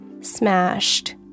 Smashed